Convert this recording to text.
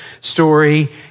story